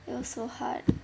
it was so hard